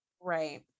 Right